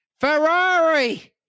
Ferrari